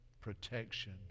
protection